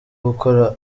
gukora